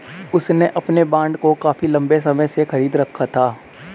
उसने अपने बॉन्ड को काफी लंबे समय से खरीद रखा है